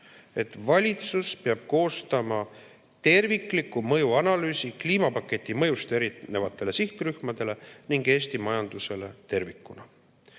valitsus peab koostama tervikliku mõjuanalüüsi kliimapaketi mõju kohta erinevatele sihtrühmadele ning Eesti majandusele tervikuna.